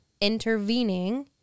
intervening